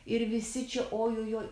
ir visi čia ojojoi